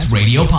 Radio